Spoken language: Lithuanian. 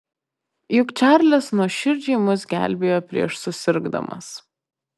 juk čarlis nuoširdžiai mus gelbėjo prieš susirgdamas